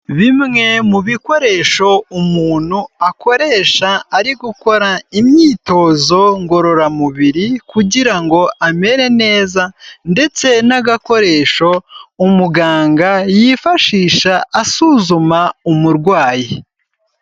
Bimwe mu bikoresho umuntu akoresha ari gukora imyitozo ngororamubiri kugira ngo amere neza ndetse n'agakoresho umuganga yifashisha asuzuma umurwayi.